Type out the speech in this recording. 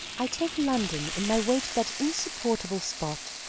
i take london in my way to that insupportable spot,